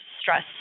stress